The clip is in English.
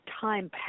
time